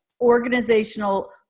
organizational